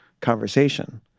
conversation